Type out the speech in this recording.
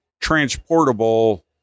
transportable